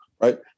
right